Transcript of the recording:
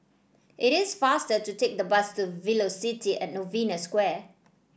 it is faster to take the bus to Velocity At Novena Square